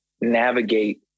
navigate